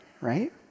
right